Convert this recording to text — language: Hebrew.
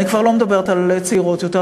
אני כבר לא מדברת על צעירות יותר,